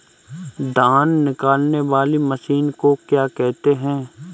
धान निकालने वाली मशीन को क्या कहते हैं?